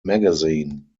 magazine